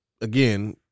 again